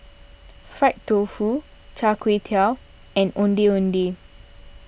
Fried Tofu Char Kway Teow and Ondeh Ondeh